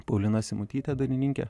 paulina simutyte dainininke